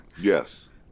Yes